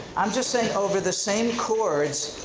i'm just saying over the same chords,